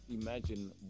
imagine